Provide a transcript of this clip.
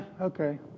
okay